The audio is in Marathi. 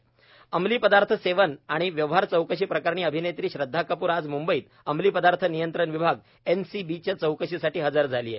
अंमली पदार्थ सेवन अंमली पदार्थ सेवन आणि व्यवहार चौकशी प्रकरणी अभिनेत्री श्रद्धा कपूर आज मुंबईत अंमली पदार्थ नियंत्रण विभाग एनसीबीच्या चौकशीसाठी हजर झाली आहे